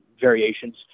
variations